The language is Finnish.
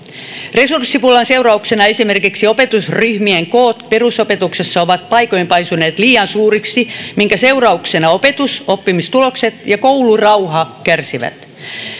resurssipulan seurauksena esimerkiksi opetusryhmien koot perusopetuksessa ovat paikoin paisuneet liian suuriksi minkä seurauksena opetus oppimistulokset ja koulurauha kärsivät